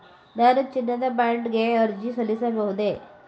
ನಾನು ಚಿನ್ನದ ಬಾಂಡ್ ಗೆ ಅರ್ಜಿ ಸಲ್ಲಿಸಬಹುದೇ?